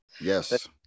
yes